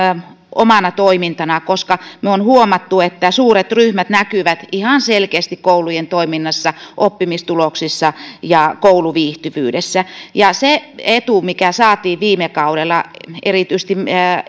omana toimintana koska me olemme huomanneet että suuret ryhmät näkyvät ihan selkeästi koulujen toiminnassa oppimistuloksissa ja kouluviihtyvyydessä se etu saatiin viime kaudella erityisesti